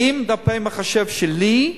עם דפי המחשב שלי,